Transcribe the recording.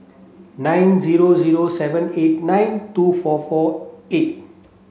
nine zero zero seven eight nine two four four eight